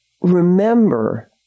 remember